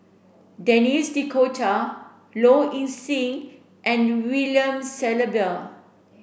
Denis D'Cotta Low Ing Sing and William Shellabear